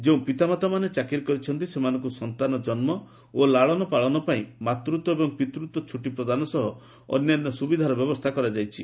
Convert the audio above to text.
ଯେଉଁ ପିତାମାତାମାନେ ଚାକିରି କରିଛନ୍ତି ସେମାନଙ୍କୁ ସନ୍ତାନ ଜନ୍ମ ଓ ଲାଳନପାଳନ ପାଇଁ ମାତୃତ୍ୱ ଓ ପିତୃତ୍ୱ ଛୁଟି ପ୍ରଦାନ ସହ ଅନ୍ୟାନ୍ୟ ସୁବିଧାର ବ୍ୟବସ୍ଥା କରାଯାଇଛି